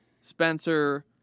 Spencer